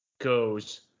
goes